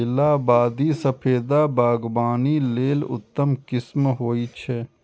इलाहाबादी सफेदा बागवानी लेल उत्तम किस्म होइ छै